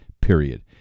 period